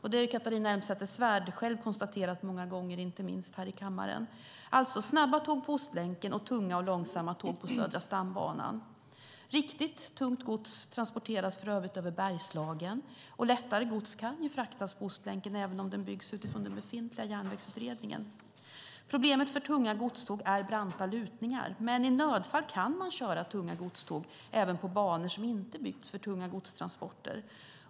Det har Catharina Elmsäter-Svärd själv konstaterat många gånger, inte minst i kammaren. Det handlar alltså om att köra snabba tåg på Ostlänken och tunga och långsamma tåg på Södra stambanan. Riktigt tungt gods transporteras för övrigt över Bergslagen, och lättare gods kan fraktas på Ostlänken även om den byggs utifrån den befintliga Järnvägsutredningen. Problemet för tunga godståg är branta lutningar, men i nödfall kan man köra tunga godståg även på banor som inte byggts för tunga godstransporter.